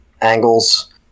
angles